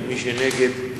ומי שנגד,